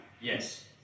Yes